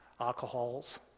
alcohols